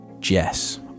Jess